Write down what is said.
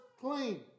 clean